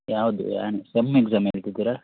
ಯಾವುದು end sem exam ಹೇಳ್ತಿದ್ದೀರಾ